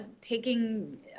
taking